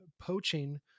poaching